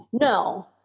No